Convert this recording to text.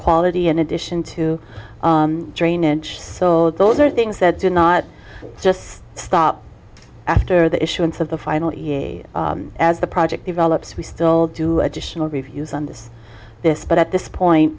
quality in addition to drainage so those are things that do not just stop after the issuance of the final as the project develops we still do additional reviews on this this but at this point